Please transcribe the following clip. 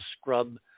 scrub